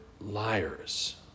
liars